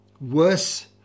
worse